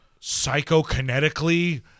psychokinetically